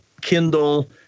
Kindle